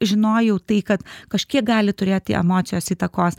žinojau tai kad kažkiek gali turėti emocijos įtakos